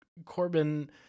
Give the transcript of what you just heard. Corbin